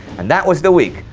and that was the week,